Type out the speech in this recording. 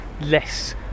less